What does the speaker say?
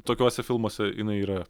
tokiuose filmuose jinai yra